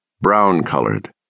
brown-colored